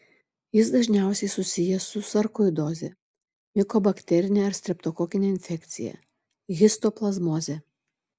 jis dažniausiai susijęs su sarkoidoze mikobakterine ar streptokokine infekcija histoplazmoze